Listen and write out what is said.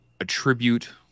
attribute